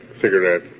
Cigarette